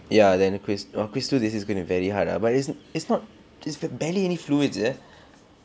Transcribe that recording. ya then quiz quiz two this is going to be very hard lah but it it's not it's barely any fluids there